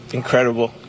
incredible